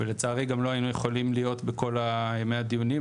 ולצערי גם לא היינו יכולים להיות בכל ימי הדיונים,